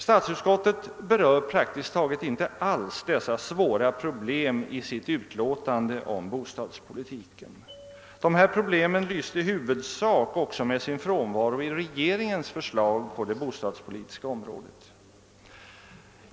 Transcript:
Statsutskottet berör praktiskt taget inte alls dessa svåra problem i sitt utlåtande om bostadspolitiken. De lyste i huvudsak med sin frånvaro i regeringens förslag på det bostadspolitiska området.